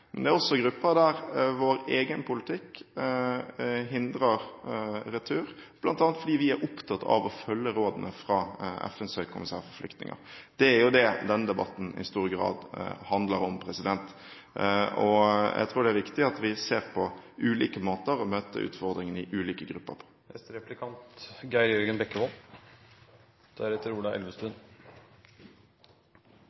Men det er også grupper der vår egen politikk hindrer retur, bl.a. fordi vi er opptatt av å følge rådene fra FNs høykommissær for flyktninger. Det er jo det denne debatten i stor grad handler om. Jeg tror det er viktig at vi ser på ulike måter å møte utfordringene i ulike grupper på.